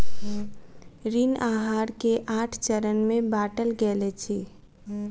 ऋण आहार के आठ चरण में बाटल गेल अछि